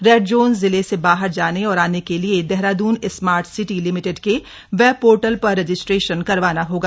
red zone जिले से बाहन जाने और आने के लिए देहरादून स्मार्ट सिटी लिमिटेड के वेब पोर्टल पर रजिस्ट्रेशन करवाना होगा